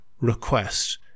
request